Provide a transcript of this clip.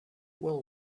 well